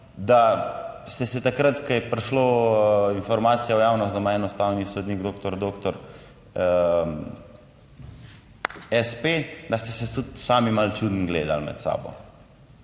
da ste se takrat, ko je prišla informacija v javnost, da ima en ustavni sodnik, doktor doktor espe, da ste se tudi sami malo čudno gledali med sabo.